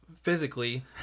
Physically